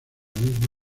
misma